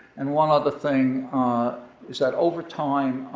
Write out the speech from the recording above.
and one other thing is that over time,